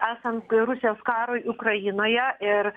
esant rusijos karui ukrainoje ir